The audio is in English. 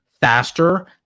faster